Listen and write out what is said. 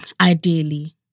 ideally